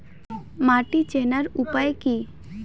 মাটি চেনার উপায় কি?